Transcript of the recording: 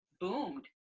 boomed